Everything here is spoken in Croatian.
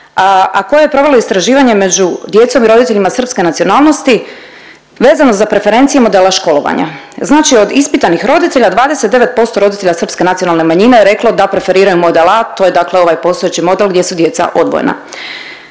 a koja je provela istraživanje među djecom i roditeljima srpske nacionalnosti vezano za preferencije modela školovanja. Znači od ispitanih roditelja 29% roditelja srpske nacionalne manjine je reklo da preferiraju model A, to je dakle ovaj postojeći model gdje su djeca odvojena.